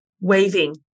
waving